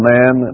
Man